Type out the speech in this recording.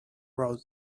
road